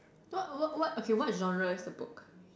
what what what okay what genre is the book